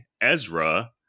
Ezra